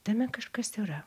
tame kažkas yra